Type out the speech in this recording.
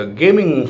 gaming